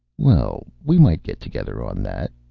well, we might get together on that,